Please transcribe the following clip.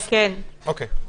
לשאול?